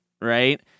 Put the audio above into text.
right